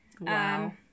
wow